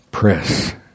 Press